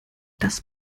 das